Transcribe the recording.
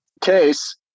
case